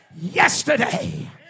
yesterday